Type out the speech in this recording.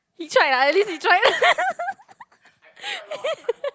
he tried lah at least he tried